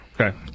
Okay